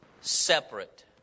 separate